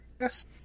yes